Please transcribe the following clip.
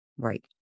right